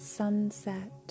Sunset